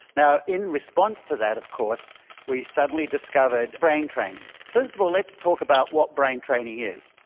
now, in response to that of course we suddenly discovered brain training. first of all let's talk about what brain training is.